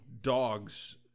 dogs